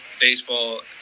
baseball